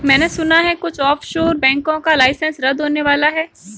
मैने सुना है कुछ ऑफशोर बैंकों का लाइसेंस रद्द होने वाला है